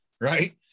Right